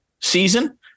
season